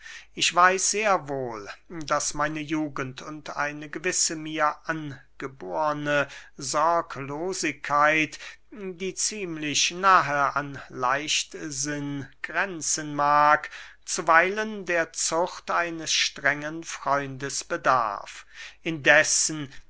ich weiß sehr wohl daß meine jugend und eine gewisse mir angeborne sorglosigkeit die ziemlich nahe an leichtsinn grenzen mag zuweilen der zucht eines strengen freundes bedarf indessen